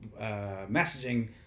messaging